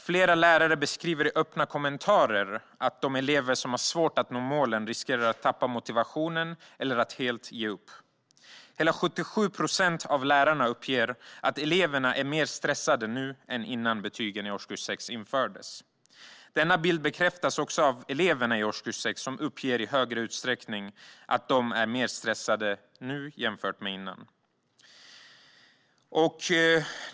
Flera lärare beskriver i öppna kommentarer att de elever som har svårt att nå målen riskerar att tappa motivationen eller helt ge upp. Hela 77 procent av lärarna uppger att eleverna är mer stressade nu än innan betyg infördes i årskurs 6. Denna bild bekräftas av eleverna i årskurs 6. De uppger i högre utsträckning att de är mer stressade nu.